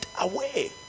away